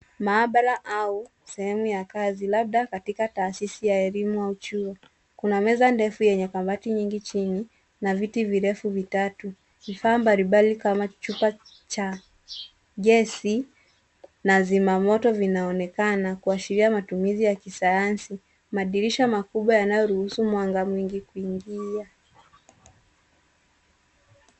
Maabara au sehemu ya kazi labda katika taasisi ya elimu au chui. Kuna meza ndefu yenye kabati nyingi chini na viti virefu vitatu. Bidhaa mbalimbali kama chupa za gesi na zimamoto vinaonekana kuashiria matumizi ya kisayansi. Madirisha makubwa yanayoruhusu mwanga mwingi kuingia.